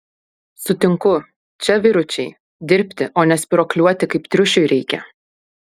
sutinku čia vyručiai dirbti o ne spyruokliuoti kaip triušiui reikia